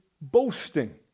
boasting